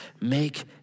make